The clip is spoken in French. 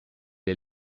est